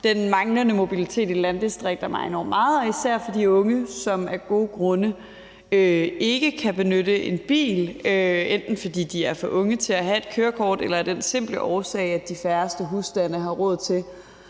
den manglende mobilitet i landdistrikterne mig enormt meget, især for de unge, som af gode grunde ikke kan benytte en bil, enten fordi de er for unge til at have et kørekort, eller af den simple årsag, at de færreste husstande har råd til